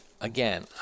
Again